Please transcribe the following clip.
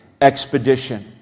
Expedition